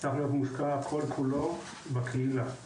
צריך להיות מושקע כל כולו בקהילה.